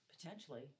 Potentially